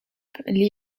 les